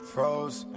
Froze